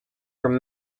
from